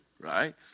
right